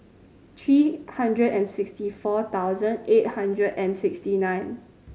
three hundred and sixty four thousand eight hundred and sixty nine